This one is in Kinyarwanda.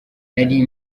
nari